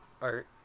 art